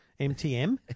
MTM